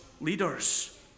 leaders